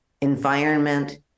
environment